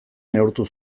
neurtu